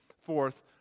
forth